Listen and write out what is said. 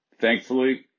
Thankfully